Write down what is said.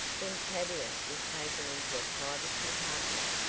then tavia was taken into a private compartment,